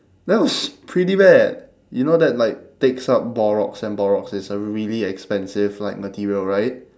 that was pretty bad you know that like takes up borox and borox is a really expensive like material right